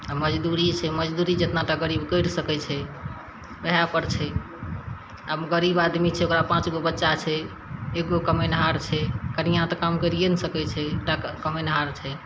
आओर मजदूरी छै मजदूरी जेतना तऽ गरीब करि सकय छै ओहेपर छै आब गरीब आदमी छै ओकरा पाँचगो बच्चा छै एगो कमेनहार छै कनिआँ तऽ काम करिये नहि सकय छै एकटा कऽ कमेनहार छै